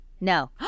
no